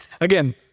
Again